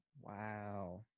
Wow